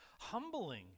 Humbling